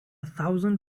thousand